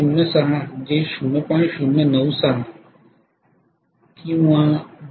06 J 0